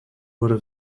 would